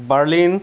Berlin